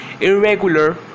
irregular